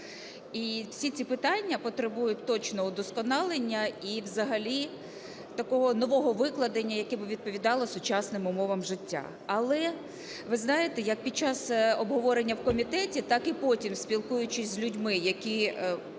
І всі ці питання потребують точного удосконалення і взагалі такого нового викладення, яке б відповідало сучасним умовам життя. Але ви знаєте, як під час обговорення в комітеті, так і потім, спілкуючись з людьми, які